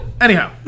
Anyhow